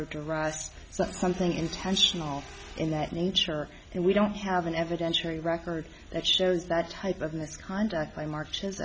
or to rust something intentional in that nature and we don't have an evidentiary record that shows that type of misconduct by march